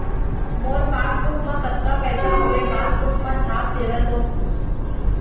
मोर passbook मा कतका पैसा हवे पासबुक मा छाप देव तो?